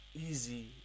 easy